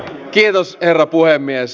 kiitos herra puhemies